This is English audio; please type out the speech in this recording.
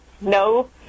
No